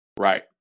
Right